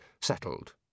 settled